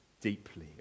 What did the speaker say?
deeply